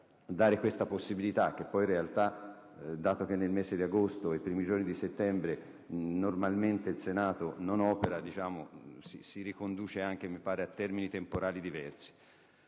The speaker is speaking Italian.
dare questa possibilità, che poi in realtà, dato che nel mese di agosto e nei primi giorni di settembre normalmente il Senato non si riunisce, si riconduce anche a termini temporali diversi?